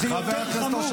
זה בובה על חוט.